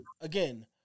again